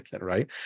right